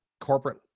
corporate